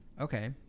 Okay